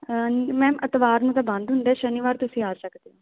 ma'am ਐਤਵਾਰ ਨੂੰ ਤਾਂ ਬੰਦ ਹੁੰਦਾ ਸ਼ਨੀਵਾਰ ਤੁਸੀਂ ਆ ਸਕਦੇ